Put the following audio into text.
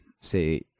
say